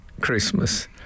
Christmas